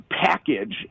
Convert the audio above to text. package